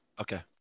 Okay